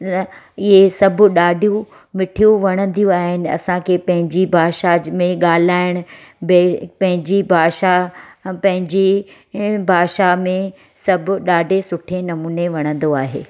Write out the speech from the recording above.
इहा सभ ॾाढियूं मिठियूं वणंदियूं आहिनि असांखे पंहिंजी भाषा ज में ॻाल्हाइणु ॿियो पंहिंजी भाषा पंहिंजी भाषा में सभु ॾाढे सुठे नमूने वणंदो आहे